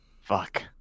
Fuck